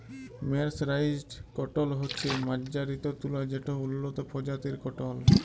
mercerised cotton হছে মাজ্জারিত তুলা যেট উল্লত পরজাতির কটল